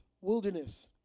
wilderness